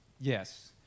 yes